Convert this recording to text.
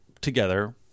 together